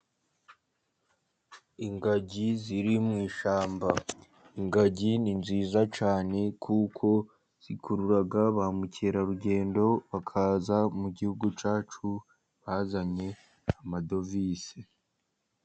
Ingagi ziri mu ishyamba ,ingagi ni nziza cyane kuko zikurura ba mukerarugendo, bakaza mu Gihugu cyacu bazanye amadovize.